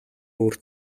өөр